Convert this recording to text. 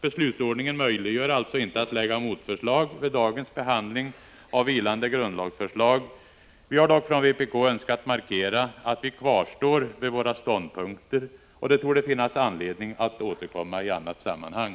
Beslutsordningen möjliggör alltså inte att lägga motförslag vid dagens behandling av vilande grundlagsförslag. Vi har dock från vpk önskat markera att vi kvarstår vid våra ståndpunkter. Det torde finnas anledning att återkomma i annat sammanhang.